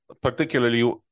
particularly